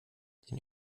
den